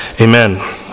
Amen